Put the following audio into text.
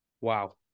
Wow